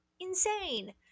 insane